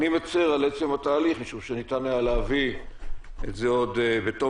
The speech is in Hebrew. אני מצר על עצם התהליך משום שניתן היה להביא את זה עוד בתום